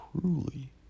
truly